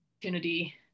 opportunity